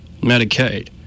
Medicaid